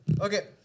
Okay